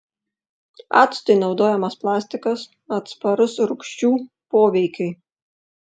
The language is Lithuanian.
actui naudojamas plastikas atsparus rūgščių poveikiui